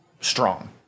strong